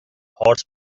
horse